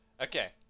Okay